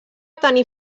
tenir